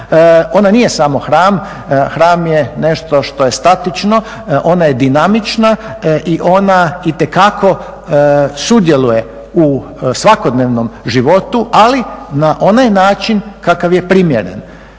Ona nije samo hram, hram je nešto što je statično, ona je dinamična i ona itekako sudjeluje u svakodnevnom životu ali na onaj način kakav je primjeren